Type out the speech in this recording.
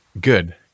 good